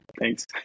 thanks